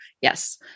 Yes